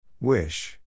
Wish